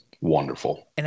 wonderful